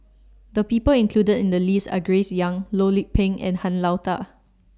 The People included in The list Are Grace Young Loh Lik Peng and Han Lao DA